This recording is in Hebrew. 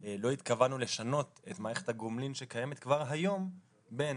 לא התכוונו לשנות את מערכת הגומלין שקיימת כבר היום בין